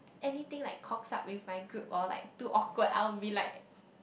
anything like cocks up with my group or like too awkward I will be like